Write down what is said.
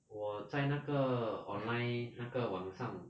我在那个 online 那个网上